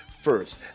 first